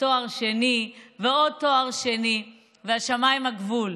ותואר שני, ועוד תואר שני, והשמיים הם הגבול.